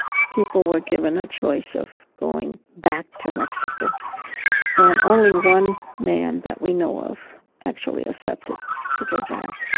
people were given a choice of going back to mexico and only one man that we know of actually accepted to go back.